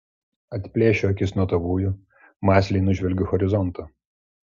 atplėšiu akis nuo tavųjų mąsliai nužvelgiu horizontą